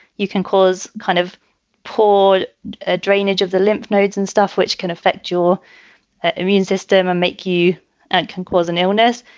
you can cause kind of poor ah drainage of the lymph nodes and stuff which can affect your immune system and make you and can cause an illness.